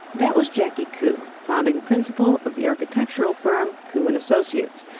that was jackie koo, founding principal of the architectural firm koo and associates.